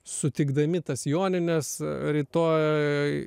sutikdami tas jonines rytoj